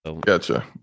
Gotcha